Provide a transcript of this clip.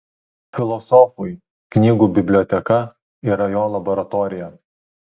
filosofui knygų biblioteka yra jo laboratorija